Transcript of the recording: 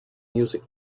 music